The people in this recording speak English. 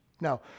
Now